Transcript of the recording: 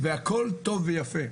והכול טוב ויפה,